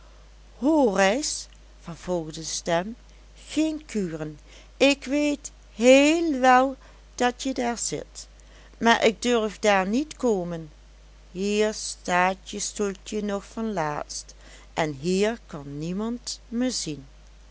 hoor reis vervolgde de stem geen kuren ik weet heel wel dat je daar zit maar ik durf daar niet komen hier staat je stoeltje nog van laatst en hier kan niemand me zien